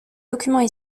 documents